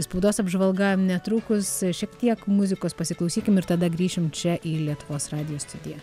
spaudos apžvalga netrukus šiek tiek muzikos pasiklausykim ir tada grįšim čia į lietuvos radijo studiją